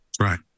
right